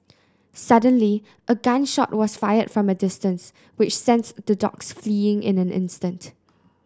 suddenly a gun shot was fired from a distance which sent the dogs fleeing in an instant